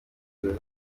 nzozi